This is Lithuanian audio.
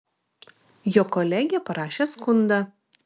jo kolegė parašė skundą